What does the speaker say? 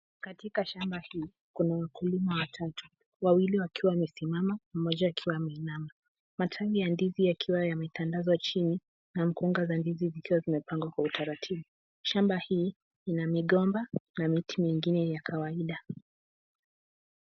Katika shamba hii, kuna wakulima watatu, wawili wakiwa wamesimama, mmoja akiwa ameinama. Matawi ya ndizi yakiwa yametandazwa chini, na mikungu ya ndizi ikiwa zimepangwa kwa utaratibu. Shamba hili, lina migomba na miti mingine ya kawaida.